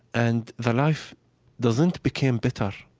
and the life doesn't became better,